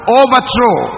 overthrow